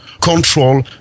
control